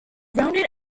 rounded